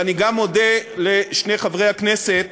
ואני גם מודה לשני חברי הכנסת